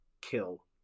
kill